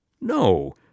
No